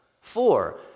Four